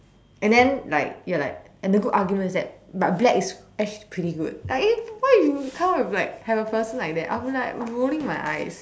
and then like you're like and the good argument is that but black is actually pretty good like eh what if you come up with a person like that like I would be rolling my eyes